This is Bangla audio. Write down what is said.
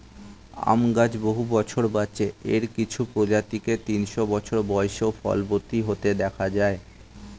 আম গাছ বহু বছর বাঁচে, এর কিছু প্রজাতিকে তিনশো বছর বয়সেও ফলবতী হতে দেখা যায়